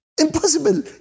Impossible